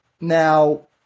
now